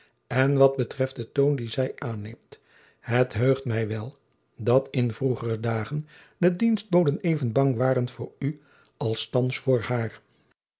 en wat betreft den toon dien zij aanneemt het heugt mij wel dat in vroegere dagen de dienstboden even bang waren voor u als thands voor haar